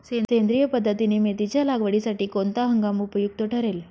सेंद्रिय पद्धतीने मेथीच्या लागवडीसाठी कोणता हंगाम उपयुक्त ठरेल?